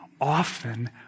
often